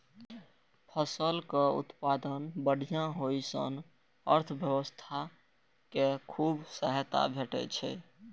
फसलक उत्पादन बढ़िया होइ सं अर्थव्यवस्था कें खूब सहायता भेटै छै